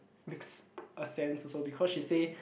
makes a sense also because she say